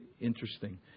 interesting